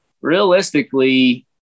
realistically